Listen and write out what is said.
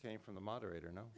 came from the moderator no